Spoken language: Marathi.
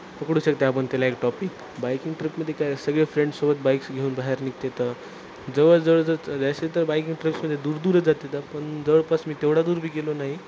पकडू शकते आपण त्याला एक टॉपिक बाईकिंग ट्रिपमध्ये काय सगळे फ्रेंडसोबत बाईक्स घेऊन बाहेर निघतात जवळजवळ जर बाईकिंग ट्रिप्समध्ये दूर दूरच जातात पण जवळपास मी तेवढा दूर बी गेलो नाही